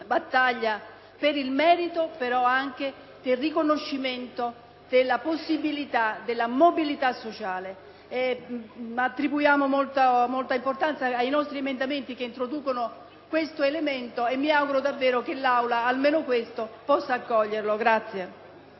battaglia per il merito, ma puntiamo molto al riconoscere la possibilitadella mobilita sociale. Attribuiamo molta importanza ai nostri emendamenti che introducono questo elemento e mi auguro davvero che l’Aula almeno questo possa approvarlo.